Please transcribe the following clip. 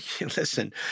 listen